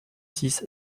six